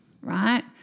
Right